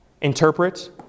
interpret